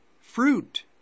fruit